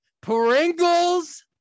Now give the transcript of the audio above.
Pringles